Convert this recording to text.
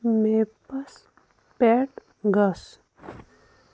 maps پؠٹھ گَژھ